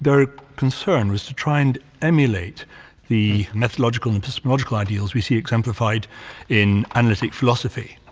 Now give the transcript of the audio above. their concern was to try and emulate the methodical and epistemological ideals we see exemplified in analytic philosophy.